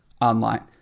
online